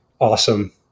awesome